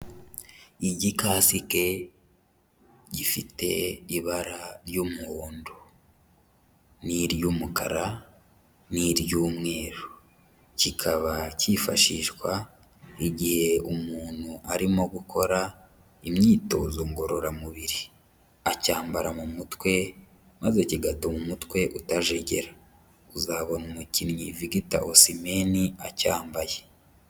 Igikasike gifite ibara ry'umuhondo n'iry'umukara n'iry'umweru, kikaba cyifashishwa igihe umuntu arimo gukora imyitozo ngororamubiri, acyambara mu mutwe maze kigatuma umutwe utajegera, uzabona umukinnyi Victor Osimhen acyambaye.